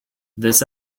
this